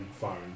phone